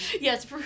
Yes